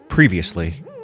Previously